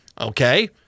Okay